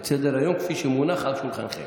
את סדר-היום כפי שהוא מונח על שולחנכם.